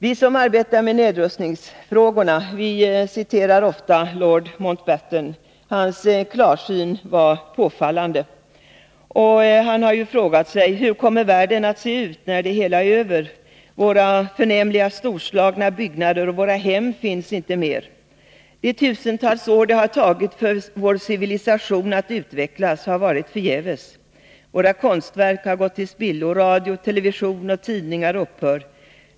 Vi som arbetar med nedrustningsfrågorna citerar ofta lord Mountbatten. Hans klarsyn var påfallande. Han har frågat sig hur världen kommer att se ut efter ett kärnvapenkrig: ”Våra förnämliga, storslagna byggnader och våra hem finns inte mer. De tusentals år det har tagit för vår civilisation att utvecklas har varit förgäves. Våra konstverk har gått till spillo. Radio, televison och tidningar upphör.